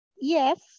yes